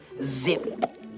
zip